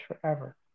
forever